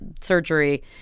surgery